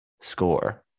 score